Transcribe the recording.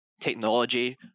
technology